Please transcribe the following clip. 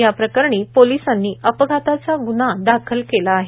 या प्रकरनी पोलीसांनी अपघाताचा गून्हा दाखल केला आहेत